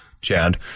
Chad